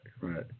right